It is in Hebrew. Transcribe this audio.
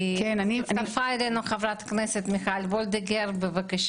הצטרפה אלינו חברת הכנסת מיכל וולדיגר, בבקשה.